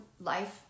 life